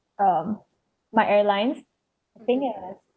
um my airlines saying that I